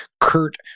Kurt